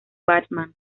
batman